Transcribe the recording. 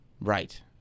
Right